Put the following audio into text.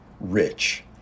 rich